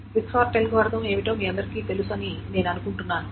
quick sort algorithm ఏమిటో మీ అందరికీ తెలుసునని నేను అనుకుంటున్నాను